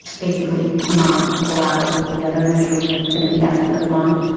basically not go out with the other measure which was going to be asking for the bond.